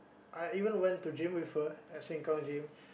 I even went to gym with her at Sengkang gym